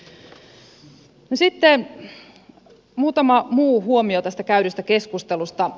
sitten muutama muu huomio tästä käydystä keskustelusta